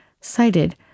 cited